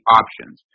options